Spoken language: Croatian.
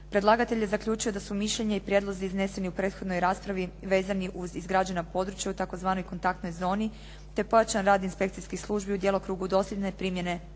Predlagatelj je zaključio da su mišljenje i prijedlozi izneseni u prethodnoj raspravi vezani uz izgrađena područja u tzv. kontaktnoj zoni, te pojačan rad inspekcijskih službi u djelokrugu dosljedne primjene zakona.